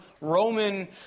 Roman